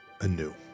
anew